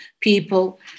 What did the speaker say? people